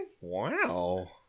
Wow